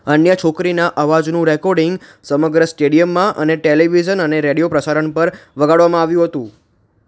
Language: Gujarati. અન્ય છોકરીના અવાજનું રેકોડિંગ સમગ્ર સ્ટેડિયમમાં અને ટેલિવિઝન અને રેડિયો પ્રસારણ પર વગાડવામાં આવ્યું હતું